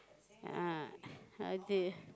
ya I think